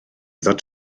ddod